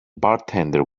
bartender